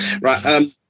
Right